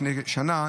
לפני שנה,